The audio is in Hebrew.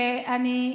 שאני,